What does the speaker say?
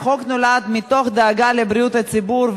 החוק נולד מתוך דאגה לבריאות הציבור,